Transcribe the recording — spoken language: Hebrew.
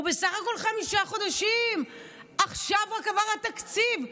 הוא בסך הכול חמישה חודשים, רק עכשיו עבר התקציב.